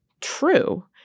true